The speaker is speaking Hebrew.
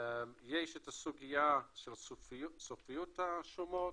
יש את הסוגיה של סופיות השומות,